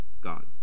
God